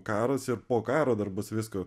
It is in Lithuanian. karas ir po karo dar bus visko